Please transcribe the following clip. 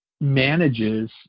manages